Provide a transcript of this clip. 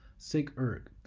sigurg,